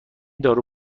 دارو